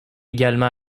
également